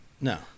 No